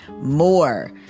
more